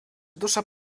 dusza